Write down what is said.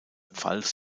pfalz